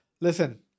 Listen